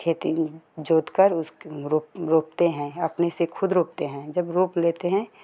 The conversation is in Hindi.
खेती जोत कर रोप रोपते हैं अपने से खुद रोपते हैं जब रोप लेते हैं